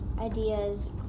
ideas